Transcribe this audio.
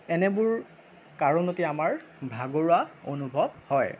এনেবোৰ কাৰণতে আমাৰ ভাগৰুৱা অনুভৱ হয়